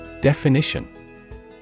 Definition